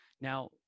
Now